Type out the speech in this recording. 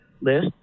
list